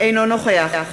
אינו נוכח